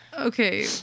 okay